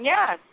Yes